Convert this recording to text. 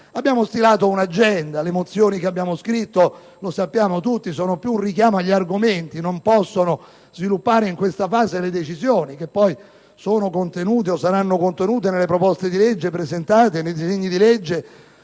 Abbiamo stilato un'agenda. Le mozioni che abbiamo scritto, lo sappiamo tutti, sono più un richiamo agli argomenti: non si possono sviluppare in questa fase le decisioni, che poi sono o saranno contenute nei disegni di legge presentati e in quelli